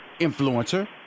influencer